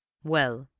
well,